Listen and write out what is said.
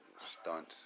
stunt